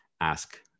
ask